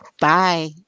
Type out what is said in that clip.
Bye